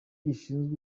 gishinzwe